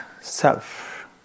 self